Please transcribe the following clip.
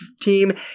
team